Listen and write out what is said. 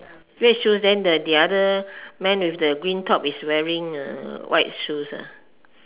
red shoes then the other man with the green cap wearing white shoes